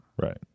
Right